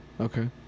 Okay